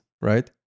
right